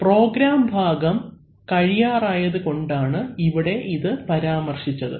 programme ഭാഗം കഴിയാറായതുകൊണ്ടാണ് ഇവിടെ ഇത് പരാമർശിച്ചത്